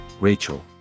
Rachel